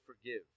forgive